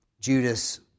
Judas